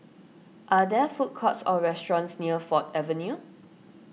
are there food courts or restaurants near Ford Avenue